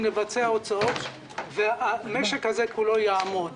לבצע הוצאות והמשק הזה כולו יעמוד.